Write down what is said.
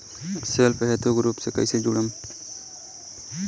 Self help group से कइसे जुड़म?